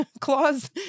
clause